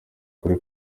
kuri